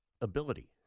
ability